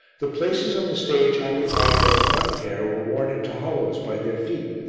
the places on the stage occupied by the front pair were worn into hollows by their feet.